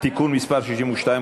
(תיקון מס' 62,